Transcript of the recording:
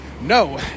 No